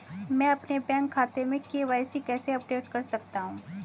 मैं अपने बैंक खाते में के.वाई.सी कैसे अपडेट कर सकता हूँ?